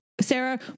Sarah